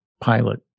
pilot